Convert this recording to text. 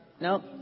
Nope